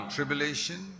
Tribulation